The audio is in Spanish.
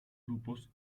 grupos